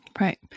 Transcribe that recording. Right